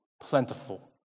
plentiful